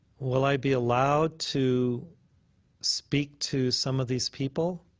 will i be allowed to speak to some of these people?